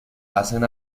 hacen